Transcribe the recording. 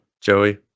Joey